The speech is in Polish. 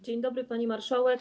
Dzień dobry, pani marszałek.